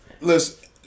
Listen